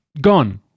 Gone